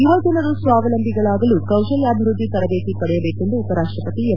ಯುವಜನರು ಸ್ವಾವಲಂಬಿಗಳಾಗಲು ಕೌಶಲ್ಡಾಭಿವ್ಯದ್ದಿ ತರಬೇತಿ ಪಡೆಯಬೇಕು ಎಂದು ಉಪರಾಷ್ಪಪತಿ ಎಂ